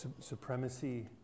supremacy